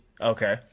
Okay